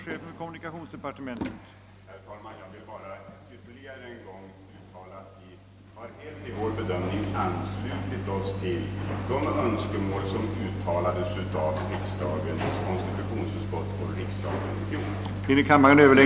Herr talman! Jag vill bara ytterligare en gång uttala, att vi i vår bedömning helt anslutit oss till de önskemål som i fjol framställdes av konstitutionsutskottet och sedan av riksdagen.